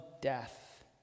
death